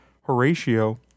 Horatio